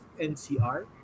NCR